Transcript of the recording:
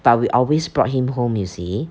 but we always brought him home you see